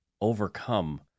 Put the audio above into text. overcome